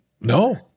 No